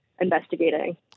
investigating